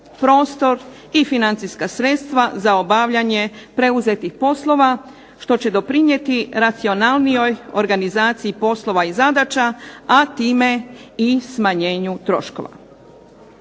i financijska sredstva za obavljanje preuzetih poslova što će doprinijeti racionalnijoj organizaciji poslova i zadaća, a time i smanjenju troškova.